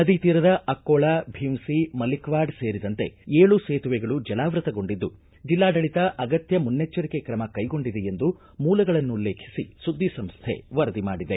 ನದಿ ತೀರದ ಅಕ್ಕೋಳ ಭೀಂವಸಿ ಮಲ್ಲಿಕವಾಡ ಸೇರಿದಂತೆ ಏಳು ಸೇತುವೆಗಳು ಜಲಾವೃತಗೊಂಡಿದ್ದು ಜಿಲ್ಲಾಡಳಿತ ಅಗತ್ಯ ಮುನ್ನೆಚ್ಚರಿಕೆ ಕ್ರಮ ಕೈಗೊಂಡಿದೆ ಎಂದು ಮೂಲಗಳನ್ನುಲ್ಲೇಖಿಸಿ ಸುದ್ದಿ ಸಂಸ್ಥೆ ವರದಿ ಮಾಡಿದೆ